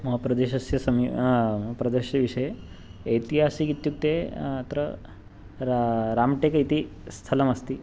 मम प्रदेशस्य समीपे मम प्रदेशस्य विषये ऐतिहासिकम् इत्युक्ते अत्र रा राम्टेक् इति स्थलमस्ति